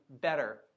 better